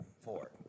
Four